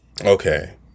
Okay